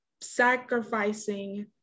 sacrificing